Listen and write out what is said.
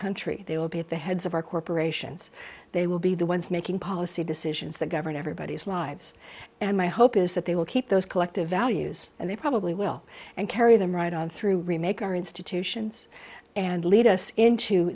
country they will be at the heads of our corporations they will be the ones making policy decisions that govern everybody's lives and my hope is that they will keep those collective values and they probably will and carry them right on through remake our institutions and lead us into